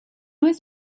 was